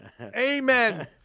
Amen